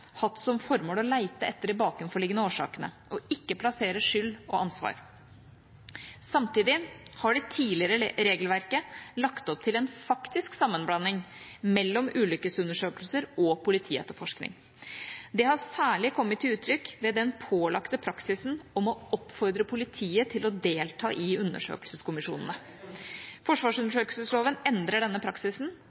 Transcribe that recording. hatt som formål å lete etter de bakenforliggende årsakene og ikke å plassere skyld og ansvar. Samtidig har det tidligere regelverket lagt opp til en faktisk sammenblanding mellom ulykkesundersøkelser og politietterforskning. Det har særlig kommet til uttrykk ved den pålagte praksisen om å oppfordre politiet til å delta i undersøkelseskommisjonene. Forsvarsundersøkelsesloven endrer denne praksisen